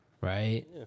right